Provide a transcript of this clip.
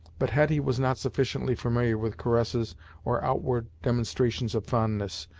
but hetty was not sufficiently familiar with caresses or outward demonstrations of fondness,